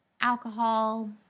alcohol